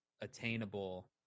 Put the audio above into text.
attainable